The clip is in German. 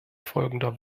folgender